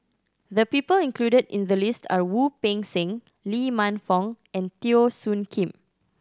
the people included in the list are Wu Peng Seng Lee Man Fong and Teo Soon Kim